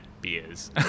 beers